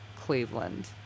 Cleveland